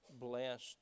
blessed